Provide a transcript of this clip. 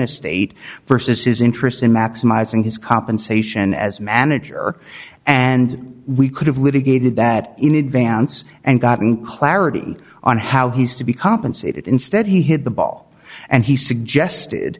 estate versus his interest in maximizing his compensation as manager and we could have litigated that in advance and gotten clarity on how he's to be compensated instead he hit the ball and he suggested